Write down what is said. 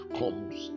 comes